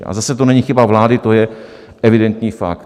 A zase to není chyba vlády, to je evidentní fakt.